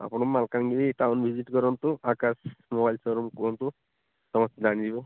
ଆପଣ Malkangiri town visit କରନ୍ତୁ Akash mobile showroom କୁହନ୍ତୁ ସମସ୍ତେ ଜାଣି ଯିବେ